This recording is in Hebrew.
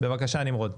בבקשה נמרוד.